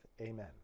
amen